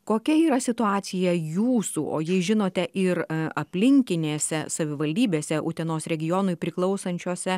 kokia yra situacija jūsų o jei žinote ir aplinkinėse savivaldybėse utenos regionui priklausančiuose